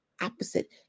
opposite